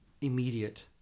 immediate